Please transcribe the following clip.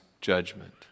judgment